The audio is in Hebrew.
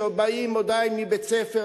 שבאים עדיין מבית-הספר,